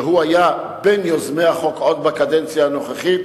שהיה מיוזמי החוק בקדנציה הקודמת,